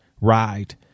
ride